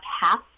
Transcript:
half